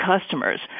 customers